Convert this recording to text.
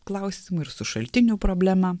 klausimu ir su šaltinių problema